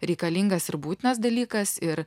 reikalingas ir būtinas dalykas ir